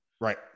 Right